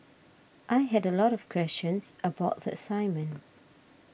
I had a lot of questions about the assignment